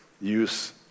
use